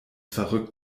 verrückt